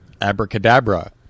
Abracadabra